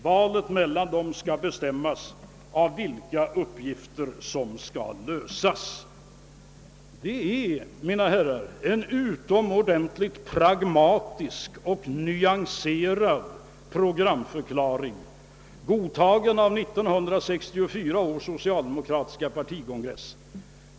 Valet mellan dem måste bestämmas av vilka uppgifter som skall lösas.» Detta är, mina damer och herrar, en utomordentligt pragmatisk och nyanserad programförklaring, godtagen av 1964 års socialdemokratiska partikongress.